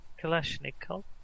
Kalashnikov